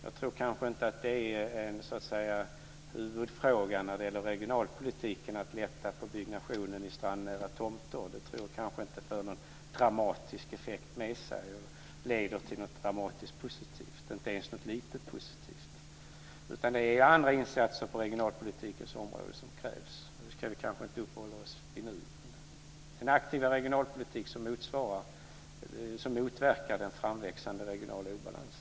Jag tror inte att det är en huvudfråga i regionalpolitiken att lätta på byggandet av strandnära tomter. Jag tror inte att det leder till något dramatiskt positivt, inte ens till någon liten positiv effekt. Det är andra insatser som krävs på regionalpolitikens område, men det ska vi kanske inte uppehålla oss vid nu. Det ska föras en aktiv regionalpolitik som motverkar den framväxande regionala obalansen.